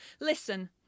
Listen